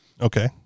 Okay